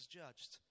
judged